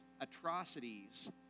atrocities